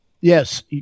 Yes